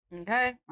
Okay